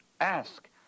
Ask